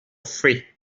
free